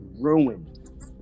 Ruined